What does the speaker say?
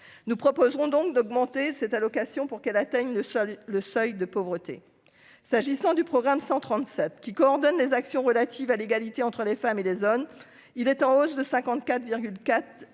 nous proposerons donc d'augmenter cette allocation pour qu'elle atteigne le seul le seuil de pauvreté s'agissant du programme 137 qui coordonne les actions relatives à l'égalité entre les femmes et les zones, il est en hausse de 54